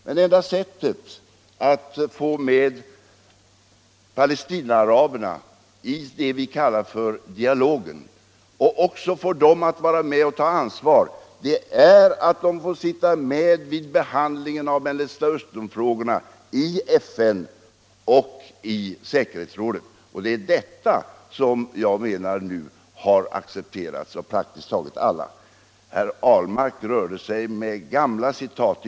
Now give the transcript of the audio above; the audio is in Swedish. Det enda sättet att få med Palestinaaraberna i vad vi kallar för dialogen och få dem att vara med och ta ansvar är att låta dem sitta med vid behandlingen av Mellersta Östern-frågorna i FN och i säkerhetsrådet. Det är detta som jag menar nu har accepterats av praktiskt taget alla. Herr Ahlmark rörde sig med gamla citat.